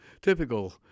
Typical